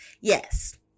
Yes